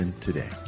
today